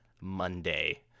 Monday